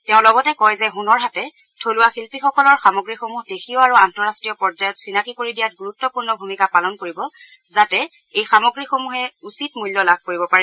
তেওঁ লগতে কয় যে ছনৰ হাটে থলুৱা শিল্পীসকলৰ সামগ্ৰীসমূহ দেশীয় আৰু আন্তঃৰাষ্ট্ৰীয় পৰ্যায়ত চিনাকী দিয়াত ণ্ণৰ পূৰ্ণ ভূমিকা পালন কৰিব যাতে এই সামগ্ৰীসমূহে উচিত মূল্য লাভ কৰিব পাৰে